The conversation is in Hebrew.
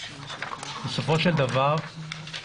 בסופו של דבר,